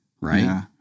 right